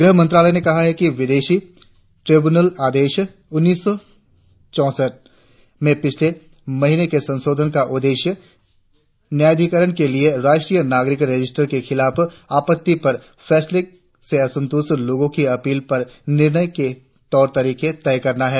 गृहमंत्रालय ने कहा है कि विदेशी ट्रायब्यूनल आदेश उन्नीस सौ चौसठ में पिछले महीने के संशोधन का उद्देश्य न्यायाधिकरणों के लिए राष्ट्रीय नागरिक रजिस्ट्रर के खिलाफ आपत्तियों पर फैसलों से असंतुष्ट लोगों की अपील पर निर्णय के तौर तरीके तय करना है